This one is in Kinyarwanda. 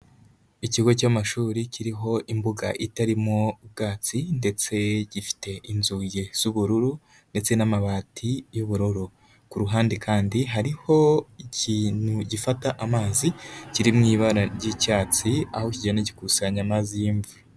Ikigo cy'amashuri kiriho imbuga itarimo ubwatsi ndetse gifite inzugi z'ubururu ndetse n'amabati y'ubururu, ku ruhande kandi hariho ikintu gifata amazi kiri mu ibara ry'icyatsi, aho kigenda gikusanya amazi y'imvura.